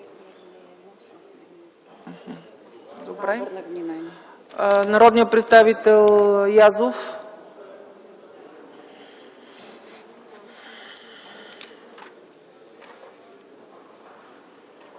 Народният представител Язов